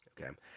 okay